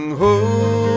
home